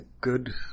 good